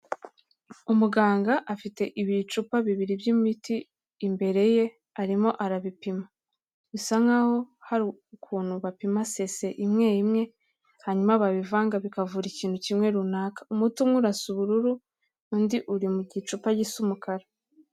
Umuganga afite ibicupa bibiri by'imiti imbere ye arimo arabipima. Bisa nkaho hari ukuntu bapima sese imwe imwe hanyuma babivanga bikavura ikintu kimwe runaka. Umuti umwe urasa ubururu undi uri mu gicupa gisa umukara.